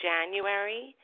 January